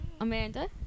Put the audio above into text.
Amanda